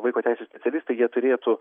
vaiko teisių specialistai jie turėtų